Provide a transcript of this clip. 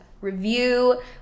review